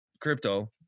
crypto